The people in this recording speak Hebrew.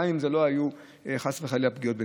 גם אם לא היו פגיעות בנפש,